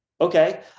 Okay